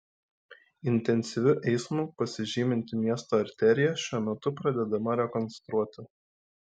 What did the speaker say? intensyviu eismu pasižyminti miesto arterija šiuo metu pradedama rekonstruoti